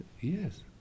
Yes